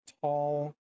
tall